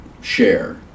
share